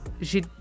j'ai